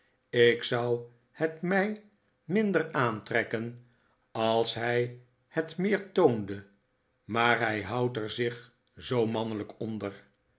ik zou het mij minder aantrekken als hij het meer toonde maar hij houdt er zich zoo mannelijk onder